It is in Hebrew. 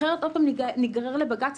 אחרת עוד פעם ניגרר לבג"ץ.